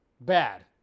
bad